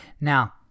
Now